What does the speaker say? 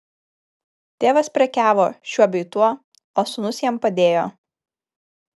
tėvas prekiavo šiuo bei tuo o sūnus jam padėjo